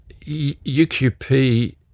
UQP